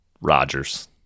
Rogers